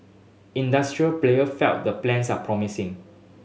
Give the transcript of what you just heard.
industry players feel the plans are promising